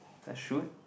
the shoot